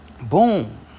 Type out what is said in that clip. boom